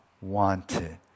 wanted